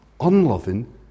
unloving